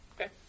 Okay